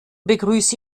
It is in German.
begrüße